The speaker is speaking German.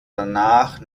danach